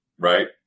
right